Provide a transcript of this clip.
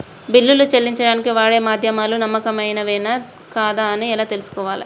బిల్లులు చెల్లించడానికి వాడే మాధ్యమాలు నమ్మకమైనవేనా కాదా అని ఎలా తెలుసుకోవాలే?